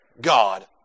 God